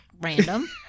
random